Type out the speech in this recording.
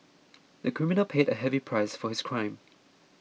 the criminal paid a heavy price for his crime